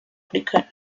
africanos